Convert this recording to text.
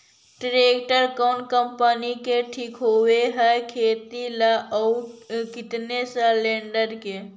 Tractor कोन company के ठीक होब है खेती ल औ केतना सलेणडर के?